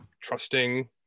trusting